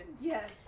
Yes